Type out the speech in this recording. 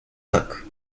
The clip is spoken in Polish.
tak